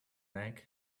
egg